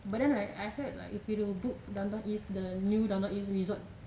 but then right I heard like if you book the down town east the new down town east resort